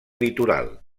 litoral